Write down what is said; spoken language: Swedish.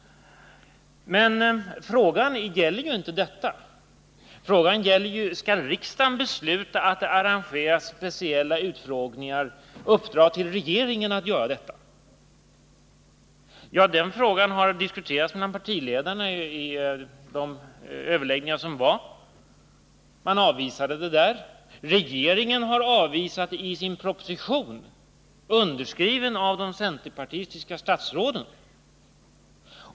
Men frågan gäller inte detta utan den gäller om riksdagen skall uppdra åt regeringen att arrangera speciella utfrågningar. Den frågan har diskuterats mellan partiledarna och avvisats av dem. Regeringen har avvisat den i sin proposition, underskriven av de centerpartistiska statsråden.